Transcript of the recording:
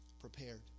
prepared